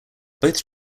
both